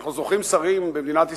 אנחנו זוכרים שרים במדינת ישראל,